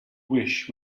wish